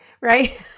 Right